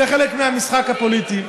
זה חלק מהמשחק הפוליטי.